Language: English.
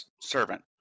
servant